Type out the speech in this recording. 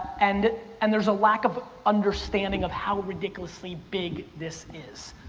and and there's a lack of understanding of how ridiculously big this is.